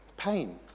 pain